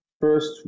First